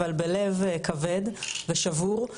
אבל בלב כבד ושבור,